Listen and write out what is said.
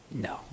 No